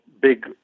big